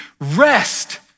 rest